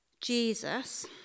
Jesus